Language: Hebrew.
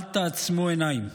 אל תעצמו עיניים.